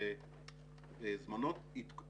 (שקף: עדכון ואישור תוכנית האב על ידי שר האנרגיה).